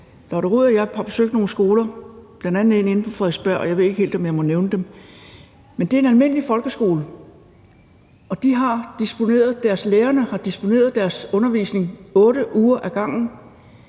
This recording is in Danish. Lotte Rod og jeg har besøgt nogle skoler, bl.a. en inde på Frederiksberg. Jeg ved ikke helt, om jeg må nævne den, men der er tale om en almindelig folkeskole, og lærerne har disponeret deres undervisning 8 uger ad gangen